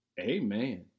Amen